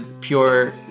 pure